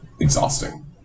exhausting